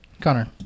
Connor